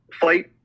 fight